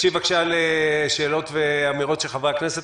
תקשיב בבקשה לשאלות ואמירות של חברי הכנסת.